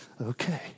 okay